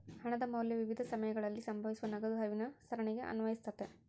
ಹಣದ ಮೌಲ್ಯ ವಿವಿಧ ಸಮಯಗಳಲ್ಲಿ ಸಂಭವಿಸುವ ನಗದು ಹರಿವಿನ ಸರಣಿಗೆ ಅನ್ವಯಿಸ್ತತೆ